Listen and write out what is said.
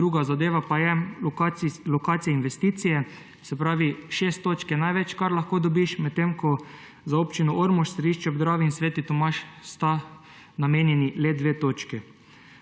Druga zadeva je lokacija investicije. Šest točk je največ, kar lahko dobiš, medtem ko sta za občine Ormož, Središče ob Dravi in Sveti Tomaž namenjeni le dve točki.